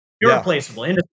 Irreplaceable